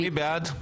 מי בעד?